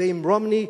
ועם רומני,